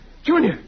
Junior